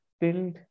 build